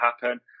happen